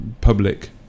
public